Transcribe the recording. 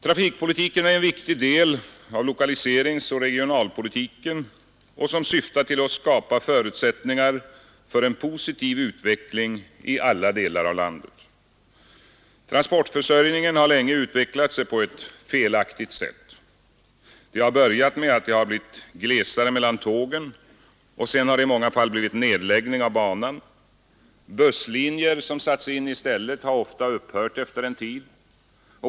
Trafikpolitiken är en viktig del av en lokaliseringsoch regionalpolitik som syftar till att skapa förutsättningar för en positiv utveckling i alla delar av landet. Transportförsörjningen har länge utvecklat sig på ett felaktigt sätt. Det har börjat med att det blivit glesare mellan tågen, och sedan har det i många fall blivit nedläggning av banan. Busslinjer, som satts in i stället, har ofta upphört efter en tid.